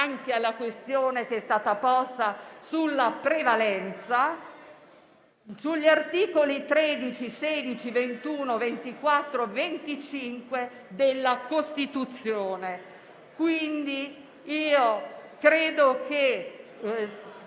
anche alla questione posta sulla prevalenza, sugli articoli 13, 16, 21, 24 e 25 della Costituzione. Credo che